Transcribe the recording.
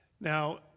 Now